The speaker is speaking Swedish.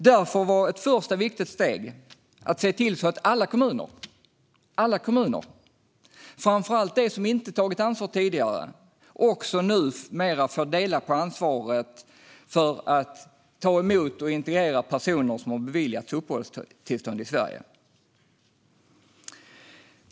Därför var ett första viktigt steg att se till att alla kommuner, framför allt de som inte tagit ansvar tidigare, numera får dela på ansvaret för att ta emot och integrera personer som har beviljats uppehållstillstånd i Sverige.